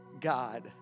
God